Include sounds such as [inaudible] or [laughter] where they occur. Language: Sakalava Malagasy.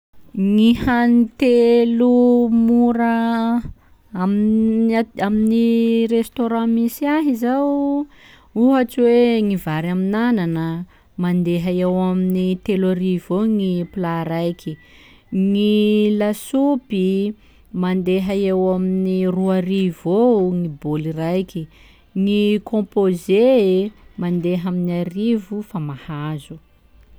Gny hany telo mora [hesitation] amin- amin'ny restaurant misy ahy zao: ohatsy hoe gny vary amin'ananana, mandeha eo amin'ny telo arivo eo gny plat raiky, gny lasopy mandeha eo amin'ny roa arivo ô gny bôly raiky, gny compose mandeha amin'ny arivo fa mahazo.